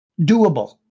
doable